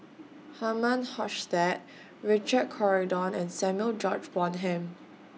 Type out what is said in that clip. Herman Hochstadt Richard Corridon and Samuel George Bonham